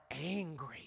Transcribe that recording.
angry